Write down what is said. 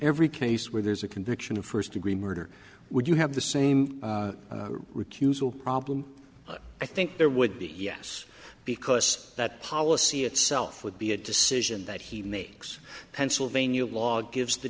every case where there's a conviction of first degree murder would you have the same recusal problem i think there would be yes because that policy itself would be a decision that he makes pennsylvania law gives the